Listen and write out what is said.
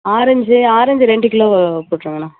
orange orange ரெண்டு kilo போட்டிருங்கண்ணா